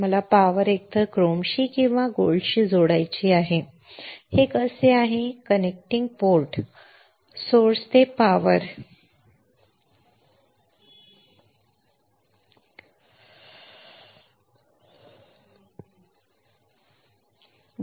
मला पॉवर एकतर क्रोमशी किंवा सोन्याशी जोडायची आहे की हे कसे आहे कनेक्टिंग पोर्ट कनेक्टिंग पोर्ट स्त्रोत ते पॉवर ही आहे